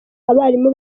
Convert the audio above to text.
abarimu